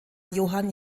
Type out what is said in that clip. johann